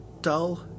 dull